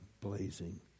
blazing